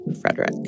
Frederick